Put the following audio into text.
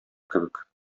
кебек